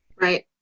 Right